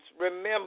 remember